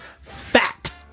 Fat